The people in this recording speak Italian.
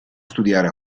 studiare